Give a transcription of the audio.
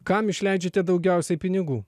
kam išleidžiate daugiausiai pinigų